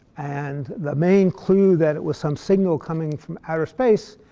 and the main clue that it was some signal coming from outer space